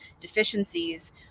deficiencies